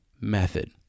method